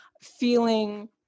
feeling